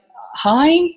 hi